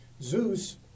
Zeus